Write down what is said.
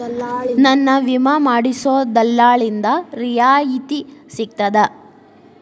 ನನ್ನ ವಿಮಾ ಮಾಡಿಸೊ ದಲ್ಲಾಳಿಂದ ರಿಯಾಯಿತಿ ಸಿಗ್ತದಾ?